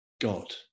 God